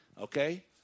Okay